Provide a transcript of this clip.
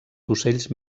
d’ocells